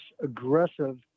aggressive